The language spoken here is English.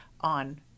on